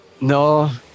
No